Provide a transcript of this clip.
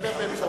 לדבר באמצעותי.